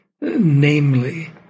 namely